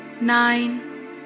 nine